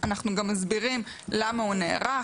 אנחנו גם מסבירים למה הוא נערך,